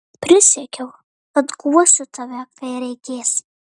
prisiekiau kad guosiu tave kai reikės